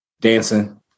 dancing